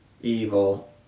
evil